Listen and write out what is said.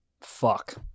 Fuck